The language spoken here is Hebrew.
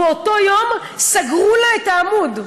ובאותו יום סגרו לה את העמוד.